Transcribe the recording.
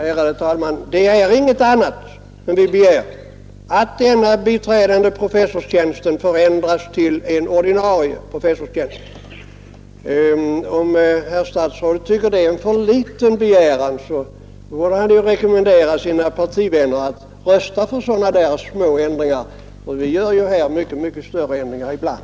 Ärade talman! Det är inget annat vi begär än att den biträdande professorstjänsten ändras till en ordinarie professorstjänst. Om herr statsrådet tycker att det är en liten begäran så borde han kunna rekommendera sina partivänner att rösta för den. Riksdagen gör mycket större ändringar ibland.